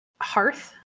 hearth